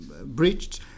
breached